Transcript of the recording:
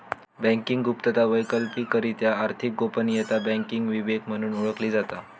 banking गुप्तता, वैकल्पिकरित्या आर्थिक गोपनीयता, बँकिंग विवेक म्हणून ओळखली जाता